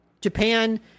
Japan